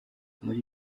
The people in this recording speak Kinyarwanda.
muri